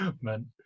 man